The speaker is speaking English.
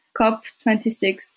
COP26